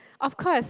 of course